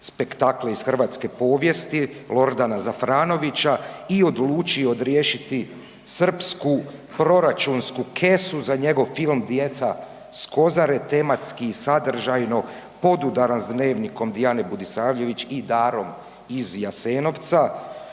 spektakle iz hrvatske povijesti Lordana Zafranovića i odlučio odriješiti srpsku proračunsku kesu za njegov film „Djeca s Kozare“ tematski i sadržajno podudaran s „Dnevnikom Diane Budisavljević“ i „Darom iz Jasenovca“.